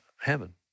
heaven